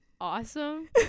awesome